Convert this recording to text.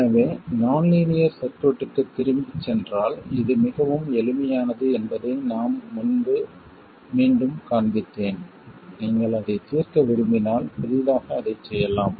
எனவே நான் லீனியர் சர்க்யூட்க்கு திரும்பிச் சென்றால் இது மிகவும் எளிமையானது என்பதை நான் முன்பு மீண்டும் காண்பித்தேன் நீங்கள் அதைத் தீர்க்க விரும்பினால் புதிதாக அதைச் செய்யலாம்